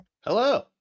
Hello